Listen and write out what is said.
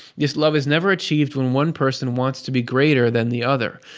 this love is never achieved when one person wants to be greater than the other,